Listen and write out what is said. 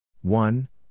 one